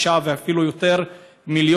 6 מיליונים ואפילו יותר לדירה.